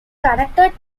connected